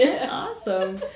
Awesome